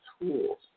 tools